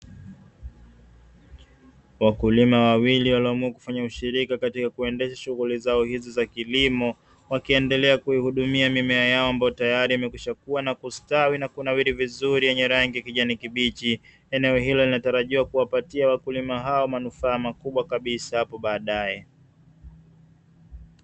Wakulima wawili walioamua kufanya ushirika katika kuendesha shughuli zao hizi za kilimo, wakiendelea kuihudumia mimea yao ambayo tayari imekwisha kuwa na kustawi na kunawiri vizuri yenye rangi kijani kibichi, eneo hilo linatarajiwa kuwapatia wakulima hao manufaa makubwa kabisa hapo baadaye.